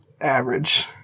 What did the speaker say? average